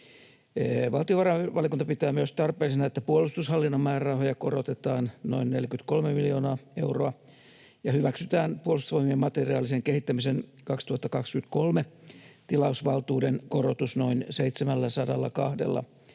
Valtiovarainvaliokunta pitää myös tarpeellisena, että puolustushallinnon määrärahoja korotetaan noin 43 miljoonaa euroa ja hyväksytään Puolustusvoimien materiaalisen kehittämisen 2023-tilausvaltuuden korotus noin 702